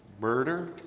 murder